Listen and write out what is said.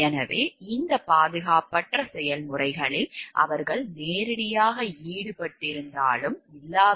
எனவே இந்த பாதுகாப்பற்ற செயல்முறைகளில் அவர்கள் நேரடியாக ஈடுபட்டிருந்தாலும் இல்லாவிட்டாலும்